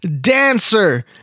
dancer